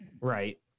Right